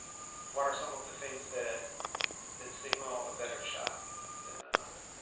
what are some of the things that that signal a better shot than another?